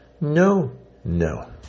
no-no